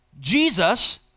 Jesus